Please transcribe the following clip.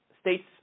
states